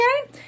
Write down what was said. Okay